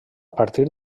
partir